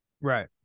Right